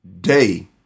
day